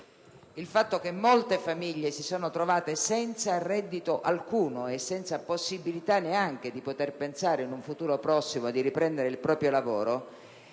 il fatto che molte famiglie si siano trovate senza reddito alcuno e senza possibilità di pensare in un futuro prossimo di riprendere il proprio lavoro